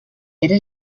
era